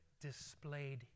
displayed